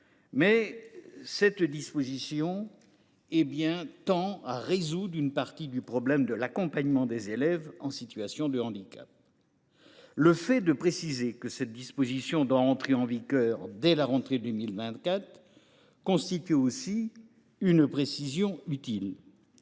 mais elle tend à régler une partie de la problématique de l’accompagnement des élèves en situation de handicap. Préciser que cette disposition doit entrer en vigueur dès la rentrée 2024 constitue aussi une précision utile.